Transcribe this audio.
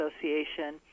association